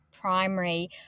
primary